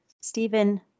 Stephen